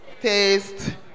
taste